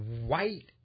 white